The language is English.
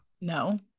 no